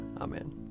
Amen